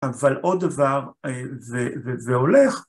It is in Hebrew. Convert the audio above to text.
‫אבל עוד דבר, והולך